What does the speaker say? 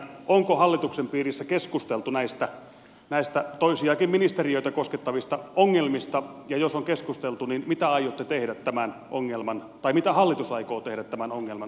onko hallituksen piirissä keskusteltu näistä toisiakin ministeriöitä koskettavista ongelmista ja jos on keskusteltu niin mitä aiotte tehdä tämän ongelman tai mitä hallitus aikoo tehdä tämän ongelman ratkaisemiseksi